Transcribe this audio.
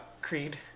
Creed